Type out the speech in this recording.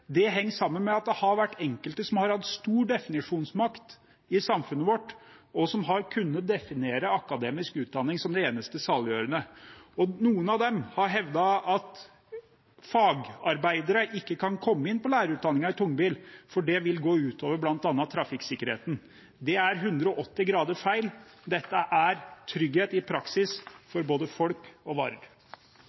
Det henger sammen med at det har vært enkelte som har hatt stor definisjonsmakt i samfunnet vårt, og som har kunnet definere akademisk utdanning som det eneste saliggjørende. Noen av dem har hevdet at fagarbeidere ikke kan komme inn på lærerutdanningen for tungbil, for det vil gå ut over bl.a. trafikksikkerheten. Det er 180 grader feil. Dette er trygghet i praksis for både folk og varer.